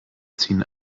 ziehen